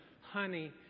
honey